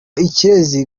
ikirezi